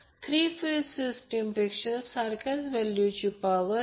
तर 3 pi r2 l हा volume आहे